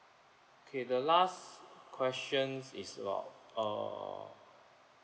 okay the last question is about uh